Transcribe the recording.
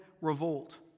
revolt